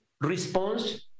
response